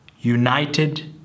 united